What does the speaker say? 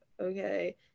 Okay